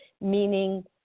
meaning